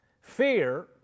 Fear